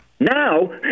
Now